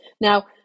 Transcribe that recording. Now